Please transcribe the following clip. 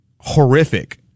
horrific